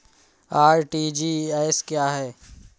RTGS क्या है?